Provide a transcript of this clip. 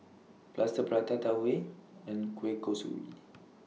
Plaster Prata Tau Huay and Kueh Kosui